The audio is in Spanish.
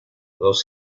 dos